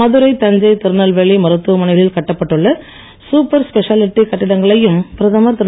மதுரை தஞ்சை திருநெல்வேலி மருத்துவமனைகளில் கட்டப்பட்டுள்ள super speciality கட்டிடங்களையும் பிரதமர் திரு